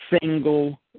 single